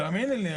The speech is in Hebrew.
תאמיני לי,